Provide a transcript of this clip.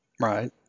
Right